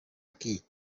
aquí